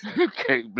Okay